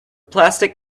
plastic